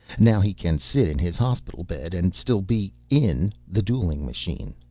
now he can sit in his hospital bed and still be in the dueling machine.